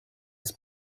des